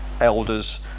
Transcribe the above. elders